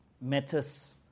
matters